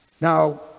Now